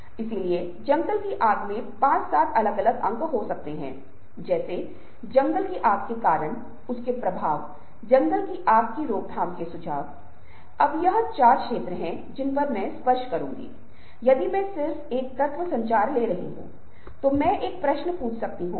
और इसलिए यह एक पहलू है और हम उन चीजों का संचार करने के लिए उपयोग करते हैं जिन्हें हम अपनी प्रस्तुतियां भेजते हैं हम स्काइप का उपयोग करके प्रस्तुतिकरण करते हैं और मैं पावर प्वाइंट स्लाइड्स का उपयोग करके आपके लिए एक प्रस्तुति दे रहा हूं